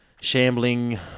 shambling